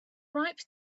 ripe